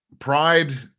Pride